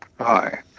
Hi